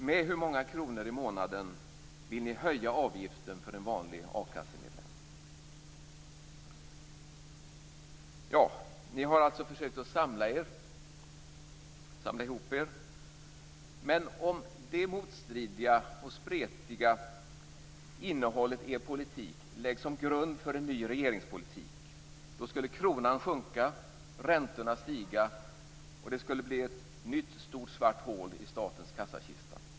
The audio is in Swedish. Med hur många kronor i månaden vill ni höja avgiften för en vanlig a-kassemedlem? Ni har alltså försökt att samla ihop er. Men om det motstridiga och spretiga innehållet i er politik läggs som grund för en ny regeringspolitik skulle kronan sjunka och räntorna stiga, och det skulle bli ett nytt stort svart hål i statens kassakista.